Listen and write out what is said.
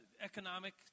economic